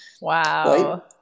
Wow